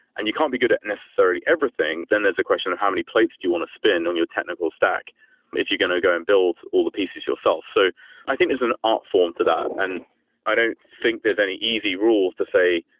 and you can't be good at necessarily everything. then there's the question of how many plates do you want to spin on your technical stack if you're going to go and build all the pieces yourself? so i think there's an art form to that, and i don't think there's any easy rules to say,